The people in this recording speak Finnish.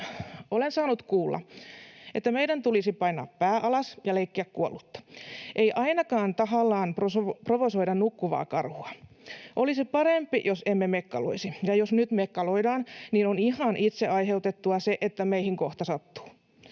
Olen saanut kuulla, että meidän tulisi painaa pää alas ja leikkiä kuollutta eikä ainakaan tahallaan provosoida nukkuvaa karhua, että olisi parempi, jos emme mekkaloisi, ja jos nyt mekkaloidaan, niin on ihan itse aiheutettua, että meihin kohta sattuu.